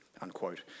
unquote